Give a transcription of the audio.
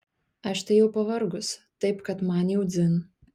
aš tai jau pavargus taip kad man jau dzin